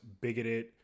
bigoted